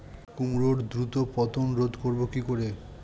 কুমড়োর দ্রুত পতন রোধ করব কি করে?